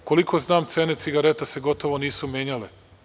Koliko znam cene cigareta se gotovo nisu menjale.